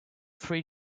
three